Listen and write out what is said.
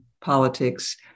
politics